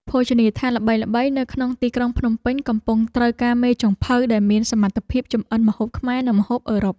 ភោជនីយដ្ឋានល្បីៗនៅក្នុងទីក្រុងភ្នំពេញកំពុងត្រូវការមេចុងភៅដែលមានសមត្ថភាពចម្អិនម្ហូបខ្មែរនិងម្ហូបអឺរ៉ុប។